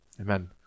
amen